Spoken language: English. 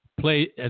Play